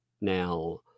Now